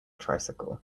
tricycle